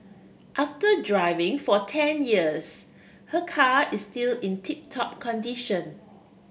after driving for ten years her car is still in tip top condition